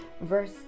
verse